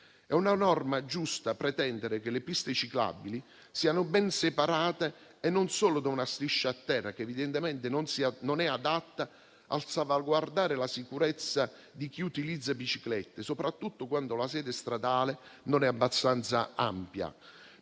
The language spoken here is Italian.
È una norma giusta pretendere che le piste ciclabili siano ben separate e non solo da una striscia a terra, che evidentemente non è adatta a salvaguardare la sicurezza di chi utilizza biciclette, soprattutto quando la sede stradale non è abbastanza ampia.